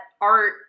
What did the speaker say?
art